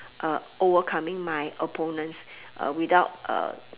uh overcoming my opponents uh without uh